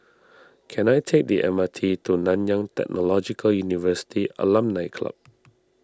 can I take the M R T to Nanyang Technological University Alumni Club